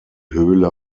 höhle